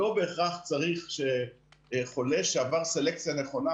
לא בהכרח צריך שחולה שעבר סלקציה נכונה